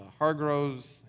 Hargroves